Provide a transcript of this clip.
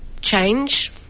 change